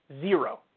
Zero